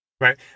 Right